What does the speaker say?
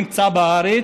נמצא בארץ.